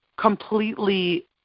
completely –